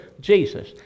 Jesus